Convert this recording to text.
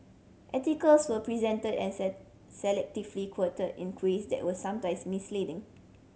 articles were presented and selectively quoted in that were sometimes misleading